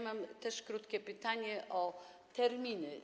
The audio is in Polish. Mam też krótkie pytanie o terminy.